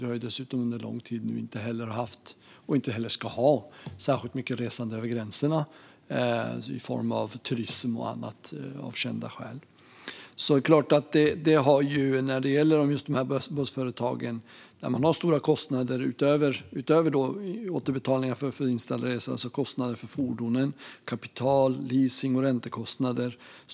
Vi har dessutom av kända skäl under lång tid inte haft - och ska inte heller ha - särskilt mycket resande över gränserna i form av turism och annat. Det är klart att bussföretagen har stora kostnader. Det handlar om sådant som återbetalningar för inställda resor, kostnader för fordon och kapital samt leasing och räntekostnader.